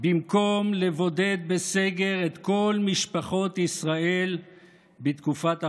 במקום לבודד בסגר את כל משפחות בישראל בתקופת החגים.